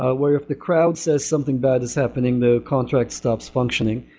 ah where if the crowd says something bad is happening, the contract stops functioning.